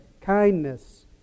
kindness